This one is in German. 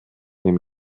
dem